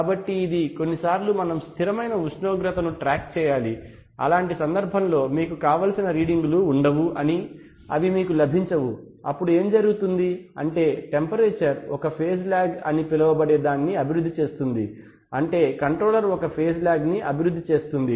కాబట్టి ఇది కొన్నిసార్లు మనం స్థిరమైన ఉష్ణోగ్రతను ట్రాక్ చేయాలి అలాంటి సందర్భంలో మీకు కావలసిన రీడింగులు ఉండవు అవి మీకు లభించవు అప్పుడు ఏమి జరుగుతుంది అంటే టెంపరేచర్ ఒక ఫేజ్ లాగ్ అని పిలువబడే దాన్ని అభివృద్ధి చేస్తుంది అంటే కంట్రోలర్ ఒక ఫేజ్ లాగ్ను అభివృద్ధి చేస్తుంది